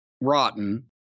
rotten